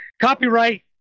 copyright